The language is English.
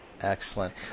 Excellent